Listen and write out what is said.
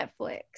Netflix